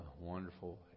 wonderful